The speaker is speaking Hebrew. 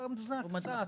רמזה קצת.